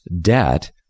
debt